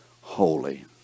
holy